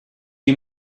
you